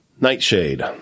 Nightshade